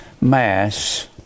Mass